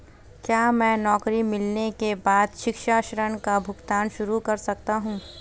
क्या मैं नौकरी मिलने के बाद शिक्षा ऋण का भुगतान शुरू कर सकता हूँ?